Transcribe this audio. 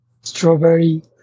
strawberry